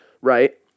right